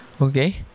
Okay